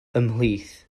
ymhlith